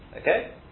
Okay